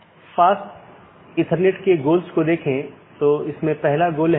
यहाँ N1 R1 AS1 N2 R2 AS2 एक मार्ग है इत्यादि